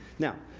now,